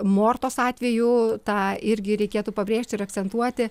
mortos atveju tą irgi reikėtų pabrėžti ir akcentuoti